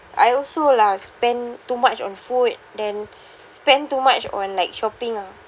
I also lah spend too much on food then spend too much on like shopping ah